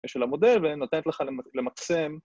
ושל המודל ונותנת לך למקסם